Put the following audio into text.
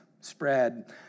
spread